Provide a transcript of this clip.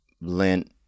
lint